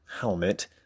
helmet